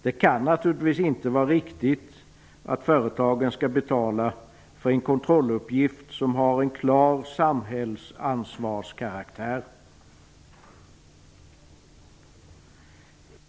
Det kan naturligtvis inte vara riktigt att företagen skall betala för en kontrolluppgift som är av klar samhällsansvarskaraktär.